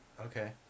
Okay